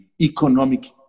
economic